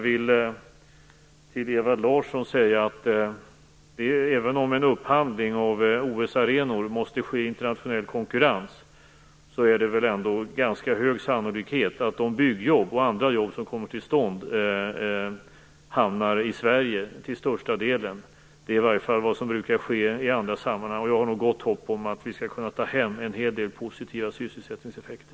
Till Ewa Larsson vill jag säga: Även om en upphandling av OS-arenor måste ske i internationell konkurrens är det väl ändå ganska stor sannolikhet att de byggjobb och andra jobb som kommer till stånd till största delen hamnar i Sverige. Det är i varje fall vad som brukar ske i andra sammanhang, och jag har gott hopp om att vi skall kunna ta hem en hel del positiva sysselsättningseffekter.